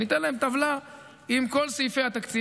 אני אתן להם טבלה עם כל סעיפי התקציב